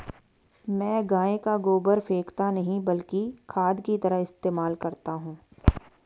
मैं गाय का गोबर फेकता नही बल्कि खाद की तरह इस्तेमाल करता हूं